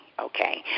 Okay